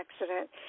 accident